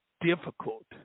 difficult